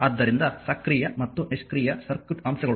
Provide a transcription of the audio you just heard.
ಆದ್ದರಿಂದ ಸಕ್ರಿಯ ಮತ್ತು ನಿಷ್ಕ್ರಿಯ ಸರ್ಕ್ಯೂಟ್ ಅಂಶಗಳು